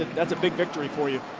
that's a big victory for you.